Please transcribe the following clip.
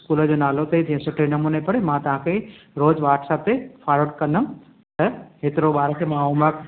school जो नालो थिए सुठे नमूने पढ़े मां तव्हां खे रोज़ु वॉट्सएप ते फॉवर्ड कंदमि त हेतिरो ॿार खे मां हॉमवर्क